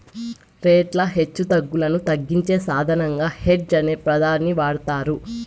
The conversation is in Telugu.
రేట్ల హెచ్చుతగ్గులను తగ్గించే సాధనంగా హెడ్జ్ అనే పదాన్ని వాడతారు